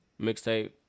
mixtape